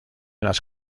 las